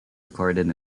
recorded